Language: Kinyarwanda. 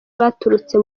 baturutse